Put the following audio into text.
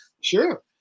Sure